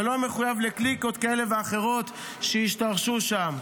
ולא מחויב לקליקות כאלה ואחרות שהשתרשו שם.